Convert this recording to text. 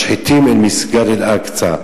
משחיתים את מסגד אל-אקצא,